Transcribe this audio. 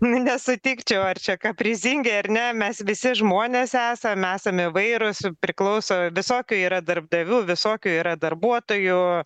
nesutikčiau ar čia kaprizingi ar ne mes visi žmonės esam esam įvairūs priklauso visokių yra darbdavių visokių yra darbuotojų